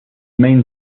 main